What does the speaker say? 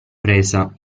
presa